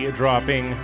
dropping